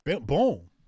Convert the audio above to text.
Boom